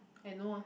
I know ah